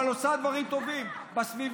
אבל עושה דברים טובים בסביבה,